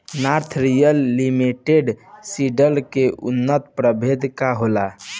North royal limited seeds के उन्नत प्रभेद का होला?